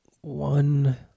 one